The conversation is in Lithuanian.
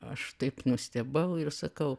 aš taip nustebau ir sakau